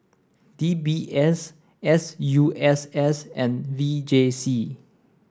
D B S S U S S and V J C